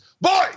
boy